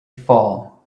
fall